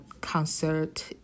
concert